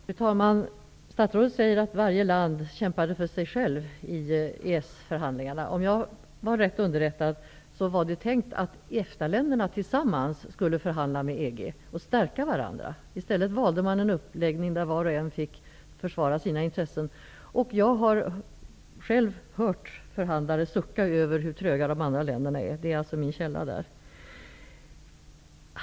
Fru talman! Statsrådet säger att varje land kämpade för sig självt i EES-förhandlingarna. Om jag är rätt underrättad var det tänkt att EFTA länderna tillsammans skulle förhandla med EG och stärka varandra. I stället valde man en uppläggning där var och en fick försvara sina intressen. Jag har själv hört förhandlare sucka över hur tröga de andra länderna är; det är min källa.